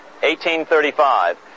1835